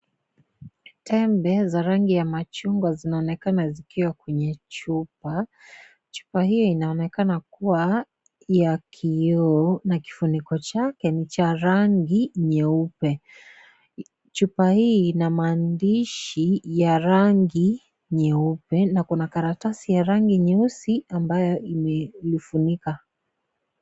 Tembe za rangi ya machungwa zinaonekana zikiwa kwenye chupa. Chupa hii inaonekana kuwa ya kioo na kifuniko chake ni cha rangi nyeupe. Chupa hii ina maandishi ya rangi nyeupe na kuna karatasi ya rangi nyeusi ambayo imelifunika.